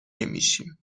نمیشیم